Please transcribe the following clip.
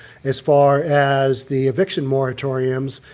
as far as the eviction moratoriums,